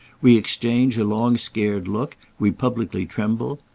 we exchange a long scared look, we publicly tremble.